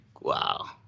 wow